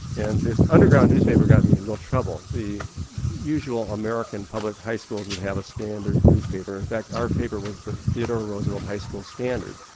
and this underground newspaper got me into and real trouble. the usual american public high schools would have a standard newspaper, in fact our paper was the theodore roosevelt high school standard,